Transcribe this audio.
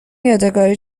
یادگاری